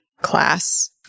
class